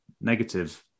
negative